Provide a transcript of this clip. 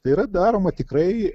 tai yra daroma tikrai